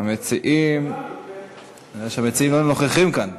נראה שהמציעים לא נוכחים כאן.